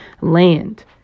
land